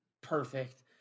Perfect